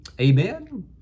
Amen